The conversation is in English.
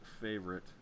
favorite